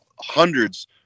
hundreds